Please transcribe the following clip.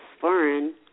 foreign